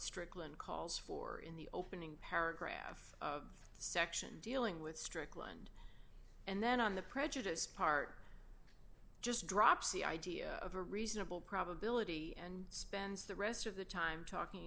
strickland calls for in the opening paragraph of section dealing with strickland and then on the prejudice part just drops the idea of a reasonable probability and spends the rest of the time talking